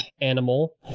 animal